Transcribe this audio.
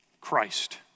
Christ